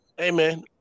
amen